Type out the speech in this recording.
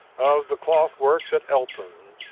of the cloth works at ellton,